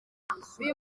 uyu